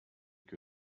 que